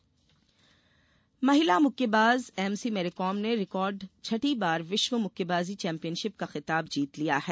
मैरीकॉम जीत महिला मुक्केबाज एम सी मैरीकॉम ने रिकॉर्ड छठी बार विश्व मुक्केबाजी चैंपियनशिप का खिताब जीत लिया है